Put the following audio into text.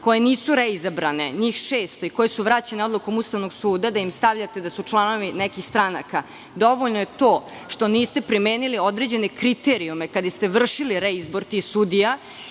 koje nisu reizabrane, njih šest i koje su vraćene Odlukom Ustavnog suda da im stavljate da su članovi nekih stranaka. Dovoljno je to što niste primenili određene kriterijume kada ste vršili reizbor tih sudija